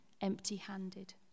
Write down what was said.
empty-handed